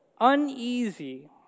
uneasy